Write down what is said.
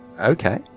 Okay